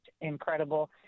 incredible